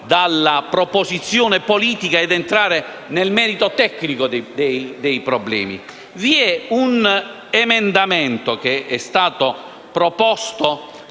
Grazie